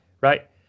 right